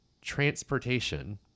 Transportation